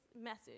message